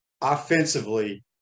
offensively